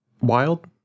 Wild